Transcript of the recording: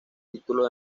título